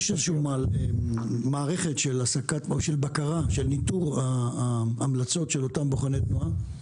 יש מערכת של בקרה או של ניטור ההמלצות של אותם בוחני תנועה?